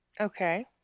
Okay